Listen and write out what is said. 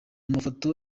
mafoto